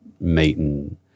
meeting